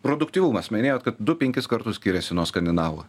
produktyvumas minėjot kad du penkis kartus skiriasi nuo skandinavų